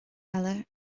eile